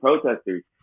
protesters